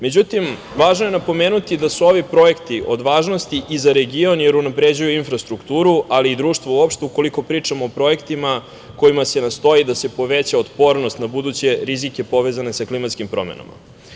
Međutim, važno je napomenuti da su ovi projekti od važnosti i za region, jer unapređuju infrastrukturu, ali i društvo uopšte, ukoliko pričamo o projektima kojima se nastoji da se poveća otpornost na buduće rizike povezane sa klimatskim promenama.